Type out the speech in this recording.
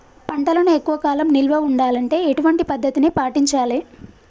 పంటలను ఎక్కువ కాలం నిల్వ ఉండాలంటే ఎటువంటి పద్ధతిని పాటించాలే?